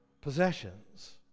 possessions